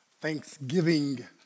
Thanksgiving